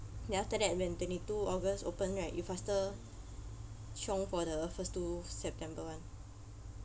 then after that when twenty two august open right you faster chiong for the first two september [one]